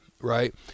right